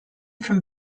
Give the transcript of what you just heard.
from